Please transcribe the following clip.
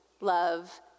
love